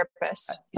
therapist